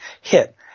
hit